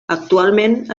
actualment